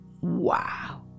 Wow